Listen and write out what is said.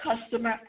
customer